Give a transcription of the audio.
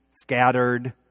scattered